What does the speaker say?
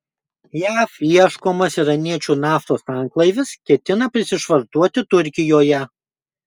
jav ieškomas iraniečių naftos tanklaivis ketina prisišvartuoti turkijoje